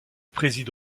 président